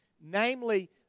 namely